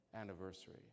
anniversary